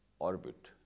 Orbit